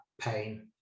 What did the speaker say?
pain